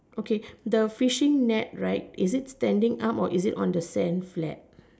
okay the fishing net right is it standing up or is it on the sand flat